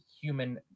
human